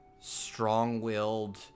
strong-willed